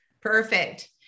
Perfect